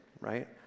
right